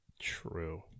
True